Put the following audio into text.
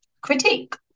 critique